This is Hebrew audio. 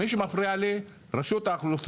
מי שמפריע לי רשות האוכלוסין.